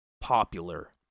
popular